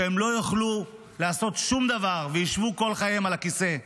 שהם לא יוכלו לעשות שום דבר וישבו כל חייהם על הכיסא.